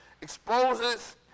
exposes